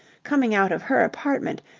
coming out of her apartment,